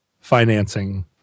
financing